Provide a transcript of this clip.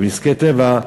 ונזקי טבע,